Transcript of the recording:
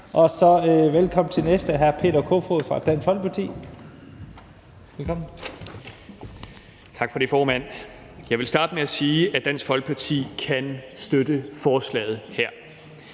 vi velkommen til hr. Peter Kofod fra Dansk Folkeparti. Kl. 16:49 (Ordfører) Peter Kofod (DF): Tak for det, formand. Jeg vil starte med at sige, at Dansk Folkeparti kan støtte forslaget her.